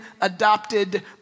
adopted